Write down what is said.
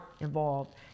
involved